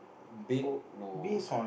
bake no